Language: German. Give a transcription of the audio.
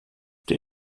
der